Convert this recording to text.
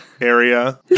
area